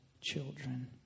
children